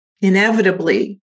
inevitably